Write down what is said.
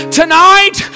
tonight